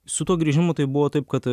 su tuo grįžimu tai buvo taip kad